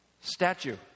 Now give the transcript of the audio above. Statue